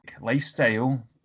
lifestyle